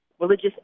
religious